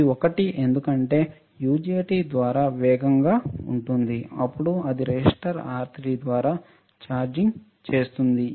ఈ ఒకటి ఎందుకంటే యుజెటి ద్వారా వేగంగా ఉంటుంది అప్పుడు అది రెసిస్టర్ R3 ద్వారా ఛార్జింగ్ చేస్తుంది